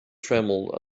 trembled